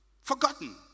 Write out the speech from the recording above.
Forgotten